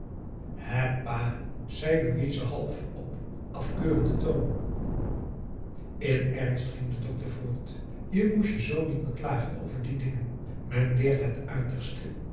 pa zei louise half op af keurenden toon in ernst ging de dokter voort je moest je zoo niet beklagen over die dingen men leert het uiterste